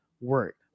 work